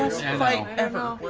fight ever.